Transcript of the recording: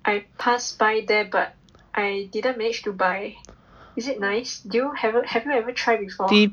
I pass by there but I didn't manage to buy is it nice do you have you have you ever tried before